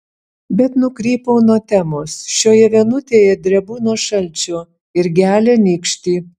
bet nukrypau nuo temos šioje vienutėje drebu nuo šalčio ir gelia nykštį